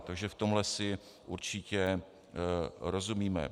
Takže v tomhle si určitě rozumíme.